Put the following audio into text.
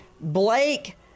Blake